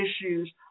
issues